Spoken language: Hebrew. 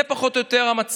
זה פחות או יותר המצב: